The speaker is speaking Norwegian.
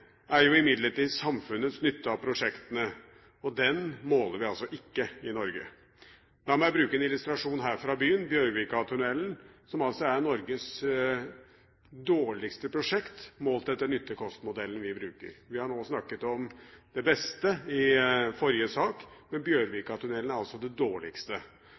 er jo samfunnets nytte av prosjektene, og den måler ikke vi i Norge. La meg bruke en illustrasjon fra denne byen, Bjørvikatunnelen, som altså er Norges dårligste prosjekt, målt etter den kost–nytte-modellen vi bruker. Vi snakket i forrige sak om det beste, Bjørvikatunnelen er altså det dårligste.